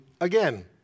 again